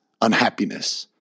unhappiness